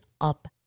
up